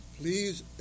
please